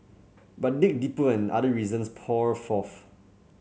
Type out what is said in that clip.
but dig deeper and other reasons pour forth